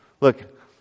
look